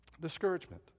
Discouragement